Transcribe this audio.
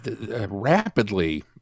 Rapidly